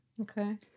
Okay